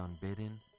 unbidden